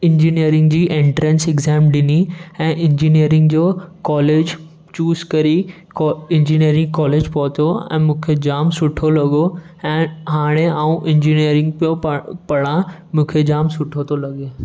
engineering जी entrance exam ॾिनी ऐं इंजीनियरिंग जो कॉलेज चूस करी कॉ इंजीनियरिंग कॉलेज पहुतो ऐं मूंखे जाम सुठो लॻो ऐं हाणे मां इंजीनियरिंग पियो प पढ़ा मूंखे जाम सुठो तो लॻे